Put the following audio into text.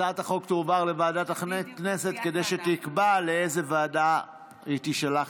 הצעת החוק תועבר לוועדת הכנסת כדי שתקבע לאיזו ועדה היא תישלח